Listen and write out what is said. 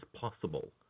possible